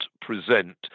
present